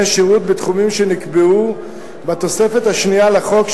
שירות בתחומים שנקבעו בתוספת השנייה לחוק,